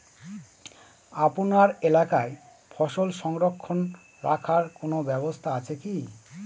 আপনার এলাকায় ফসল সংরক্ষণ রাখার কোন ব্যাবস্থা আছে কি?